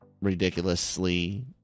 ridiculously